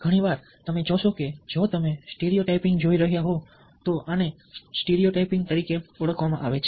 ઘણી વાર તમે જોશો કે જો તમે સ્ટીરિયો ટાઈપીંગ જોઈ રહ્યા હોવ તો આને સ્ટીરીયો ટાઈપીંગ તરીકે ઓળખવામાં આવે છે